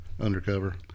undercover